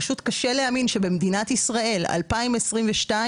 פשוט קשה להאמין שבמדינת ישראל 2022,